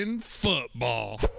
football